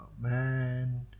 man